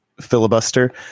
Filibuster